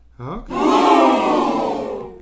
Okay